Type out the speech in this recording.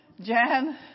Jan